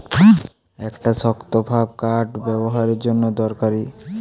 একটা শক্তভাব কাঠ ব্যাবোহারের জন্যে দরকারি